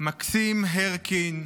מקסים הרקין,